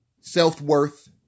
self-worth